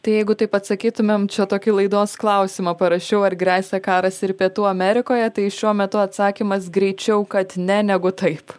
tai jeigu taip atsakytumėm čia tokį laidos klausimą parašiau ar gresia karas ir pietų amerikoje tai šiuo metu atsakymas greičiau kad ne negu taip